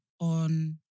on